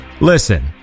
Listen